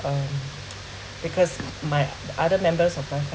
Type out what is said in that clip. um because my the other members of my